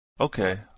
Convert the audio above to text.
Okay